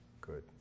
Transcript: Good